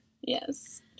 Yes